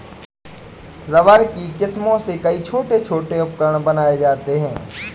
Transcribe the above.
rubber की किस्मों से कई छोटे छोटे उपकरण बनाये जाते हैं